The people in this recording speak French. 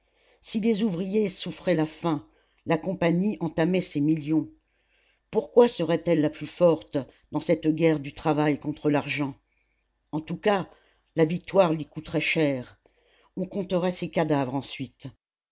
si les ouvriers souffraient la faim la compagnie entamait ses millions pourquoi serait-elle la plus forte dans cette guerre du travail contre l'argent en tout cas la victoire lui coûterait cher on compterait ses cadavres ensuite